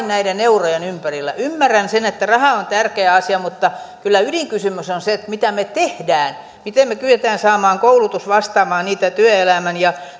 näiden eurojen ympärillä ymmärrän sen että raha on tärkeä asia mutta kyllä ydinkysymys on se mitä me teemme miten me kykenemme saamaan koulutuksen vastaamaan niitä työelämän ja